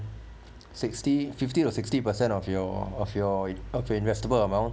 sixty fifty to sixty percent of your of your investable amount